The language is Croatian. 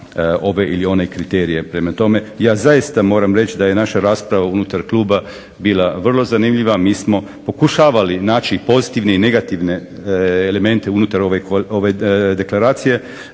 ove ili one kriterije. Prema tome, ja zaista moram reći da je naša rasprava unutar kluba bila vrlo zanimljiva. Mi smo pokušavali naći pozitivne i negativne elemente unutar ove deklaracije.